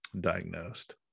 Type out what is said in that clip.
diagnosed